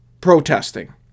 protesting